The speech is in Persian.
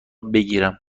بگیرم